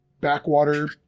backwater